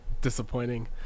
disappointing